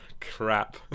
crap